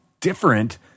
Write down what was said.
different